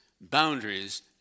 boundaries